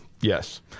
Yes